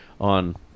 on